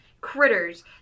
critters